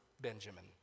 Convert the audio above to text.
Benjamin